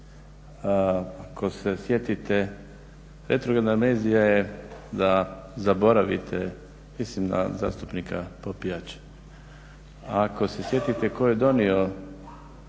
Ako se sjetite, retrogradna amnezija je da zaboravite, mislim na zastupnika Popijača, ako se sjetite tko je donio